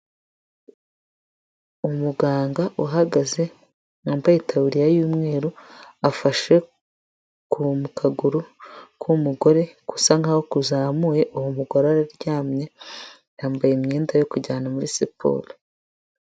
Umuganga uhagaze wambaye itabiriya y'umweru, afashe ku kaguru k'umugore, gusa nk'aho kuzamuye, uwo mugore aryamye yambaye imyenda yo kujyana muri siporo.